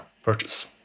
purchase